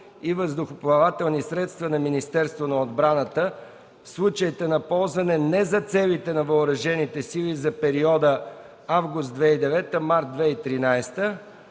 и въздухоплавателни средства на Министерството на отбраната в случаите на ползване не за целите на въоръжените сили за периода август 2009 – март 2013